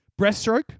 Breaststroke